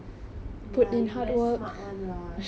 ya you very smart one lah